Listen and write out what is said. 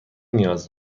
نیاز